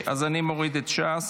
אז אני מוריד את ש"ס.